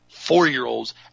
Four-year-olds